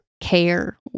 care